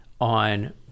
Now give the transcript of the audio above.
on